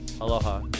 Aloha